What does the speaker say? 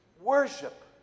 worship